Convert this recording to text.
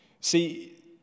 See